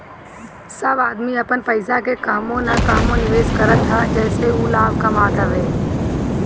सब आदमी अपन पईसा के कहवो न कहवो निवेश करत हअ जेसे उ लाभ कमात हवे